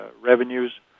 revenues